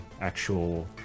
actual